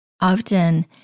often